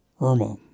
Irma